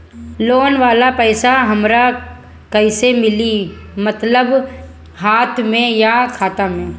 Loan वाला पैसा हमरा कइसे मिली मतलब हाथ में या खाता में?